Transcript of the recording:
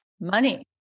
money